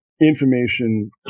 information